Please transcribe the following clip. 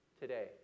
today